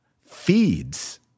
feeds